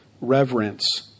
reverence